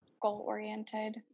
goal-oriented